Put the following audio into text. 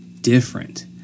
different